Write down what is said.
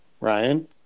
ryan